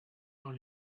dans